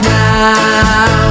now